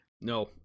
No